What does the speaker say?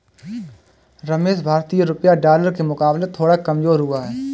रमेश भारतीय रुपया डॉलर के मुकाबले थोड़ा कमजोर हुआ है